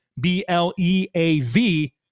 B-L-E-A-V